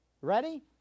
Ready